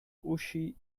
uschi